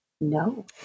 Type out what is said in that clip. No